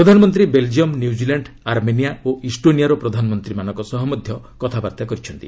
ପ୍ରଧାନମନ୍ତ୍ରୀ Belgium New Zealand Armenia ଓ ଇଷ୍ଟୋନିଆର ପ୍ରଧାନମନ୍ତ୍ରୀମାନଙ୍କ ସହ ମଧ୍ୟ କଥାବାର୍ତ୍ତା କରିଛନ୍ତି